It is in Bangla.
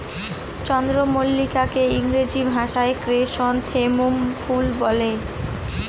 চন্দ্রমল্লিকাকে ইংরেজি ভাষায় ক্র্যাসনথেমুম ফুল বলে